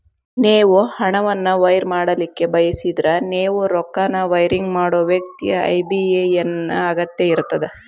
ನೇವು ಹಣವನ್ನು ವೈರ್ ಮಾಡಲಿಕ್ಕೆ ಬಯಸಿದ್ರ ನೇವು ರೊಕ್ಕನ ವೈರಿಂಗ್ ಮಾಡೋ ವ್ಯಕ್ತಿ ಐ.ಬಿ.ಎ.ಎನ್ ನ ಅಗತ್ಯ ಇರ್ತದ